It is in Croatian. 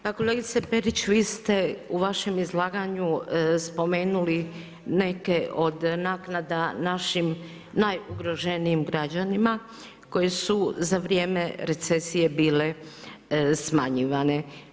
Pa kolegice Perić, vi ste u vašem izlaganju spomenuli neke od naknada našim najugroženijim građanima koji su za vrijeme recesije bile smanjivane.